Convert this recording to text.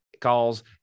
calls